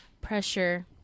pressure